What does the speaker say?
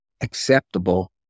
acceptable